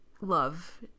love